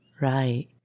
Right